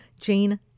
Jane